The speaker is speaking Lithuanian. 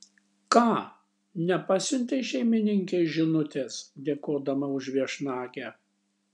ką nepasiuntei šeimininkei žinutės dėkodama už viešnagę